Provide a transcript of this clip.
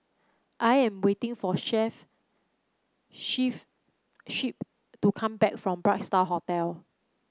I am waiting for Shep to come back from Bright Star Hotel